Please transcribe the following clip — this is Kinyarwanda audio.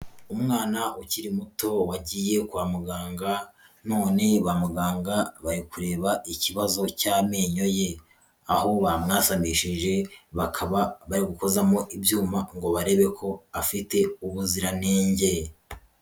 Umwana ukiri muto wagiye kwa muganga none ba muganga ba kureba ikibazo cy'amenyo ye aho bamwasanishije, bakaba bari gukozamo ibyuma ngo barebe ko afite ubuziranenge.